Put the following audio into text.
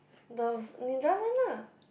the Ninja men lah